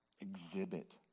exhibit